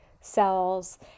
cells